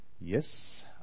Yes